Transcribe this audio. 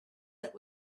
that